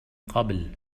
قبل